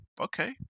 Okay